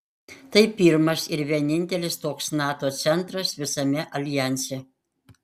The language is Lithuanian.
tai pirmas ir vienintelis toks nato centras visame aljanse